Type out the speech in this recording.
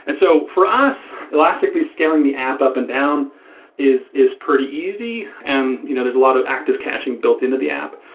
and so for us, elastically scaling the app up and down is is pretty easy. and you know there's a lot of active caching built into the app.